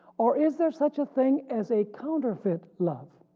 or is there such a thing as a counterfeit love.